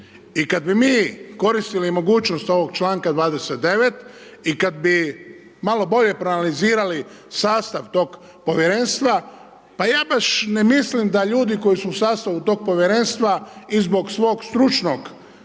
I kada bi mi koristili mogućnost ovoga članka 29. i kada bi malo bolje proanalizirali sastav tog Povjerenstva, pa ja baš ne mislim da ljudi koji su u sastavu tog Povjerenstva i zbog svog stručnog